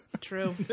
True